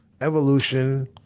evolution